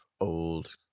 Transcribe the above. old